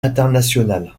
international